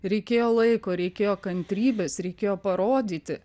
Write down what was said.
reikėjo laiko reikėjo kantrybės reikėjo parodyti